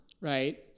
right